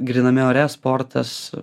gryname ore sportas